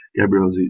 Gabriel